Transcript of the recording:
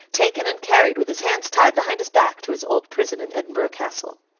taken, and carried, with his hands tied behind his back, to his old prison in edinburgh castle.